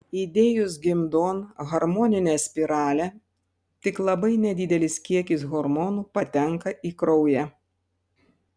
įdėjus gimdon hormoninę spiralę tik labai nedidelis kiekis hormonų patenka į kraują